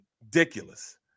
Ridiculous